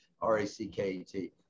R-A-C-K-E-T